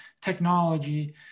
technology